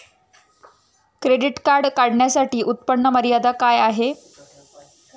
Credit card काढण्यासाठी उत्पन्न मर्यादा काय आहे?